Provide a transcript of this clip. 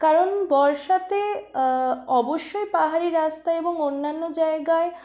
কারণ বর্ষাতে অবশ্যই পাহাড়ি রাস্তা এবং অন্যান্য জায়গায়